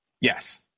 Yes